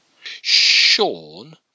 Sean